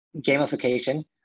gamification